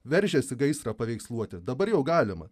veržiasi gaisrą paveiksluoti dabar jau galima